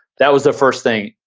that was the first thing.